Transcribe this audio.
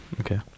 okay